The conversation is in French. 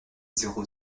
zéro